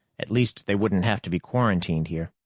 at least they wouldn't have to be quarantined here.